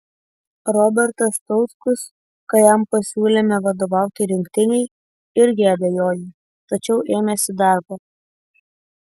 robertas tautkus kai jam pasiūlėme vadovauti rinktinei irgi abejojo tačiau ėmėsi darbo